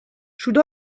should